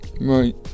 Right